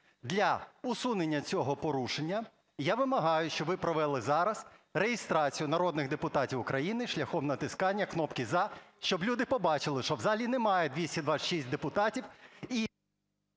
для усунення цього порушення. Я вимагаю, щоб ви провели зараз реєстрацію народних депутатів України шляхом натискання кнопки "за", щоб люди побачили, що в залі немає 226 депутатів